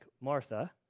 Martha